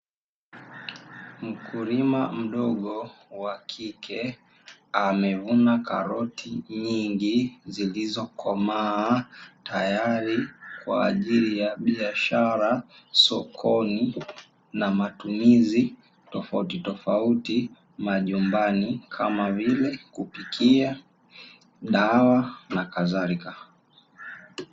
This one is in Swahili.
Mkulima mdogo wa kike amevuna karoti nyingi zilizokomaa, tayari kwa ajili ya biashara sokoni na matumizi tofautitofauti majumbani, kama vile: kupitikia, dawa na kadhalika.